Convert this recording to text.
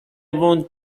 want